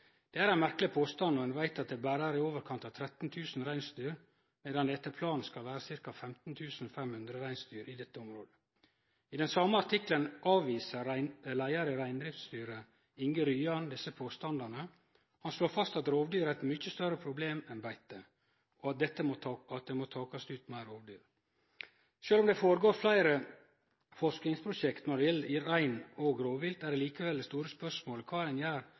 Det er ein merkeleg påstand når ein veit at det berre er i overkant av 13 000 reinsdyr, medan det etter planen skal vere ca. 15 500 reinsdyr i dette området. I den same artikkelen avviser leiar i Reindriftsstyret, Inge Ryan, desse påstandane. Han slår fast at rovdyr er eit mykje større problem enn beite, og at det må takast ut meir rovdyr. Sjølv om det føregår fleire forskingsprosjekt når det gjeld rein og rovvilt, er likevel det store spørsmålet kva ein gjer